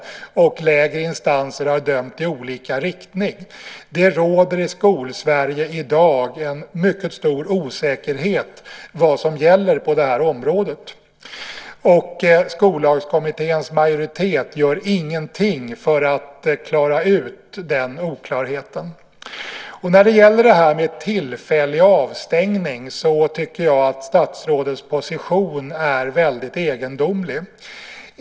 Lägre instanser har dömt i olika riktningar. Det råder i Skol-Sverige i dag en mycket stor osäkerhet om vad som gäller på det här området. Skollagskommitténs majoritet gör ingenting för att reda ut den oklarheten. Jag tycker att statsrådets position när det gäller tillfällig avstängning är väldigt egendomlig.